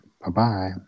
Bye-bye